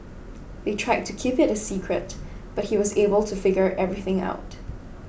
they tried to keep it a secret but he was able to figure everything out